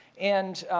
and,